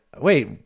wait